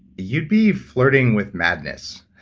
you'd be flirting with madness.